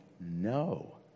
No